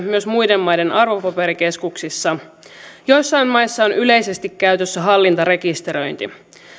myös muiden maiden arvopaperikeskuksissa joissain maissa on yleisesti käytössä hallintarekisteröinti